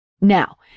Now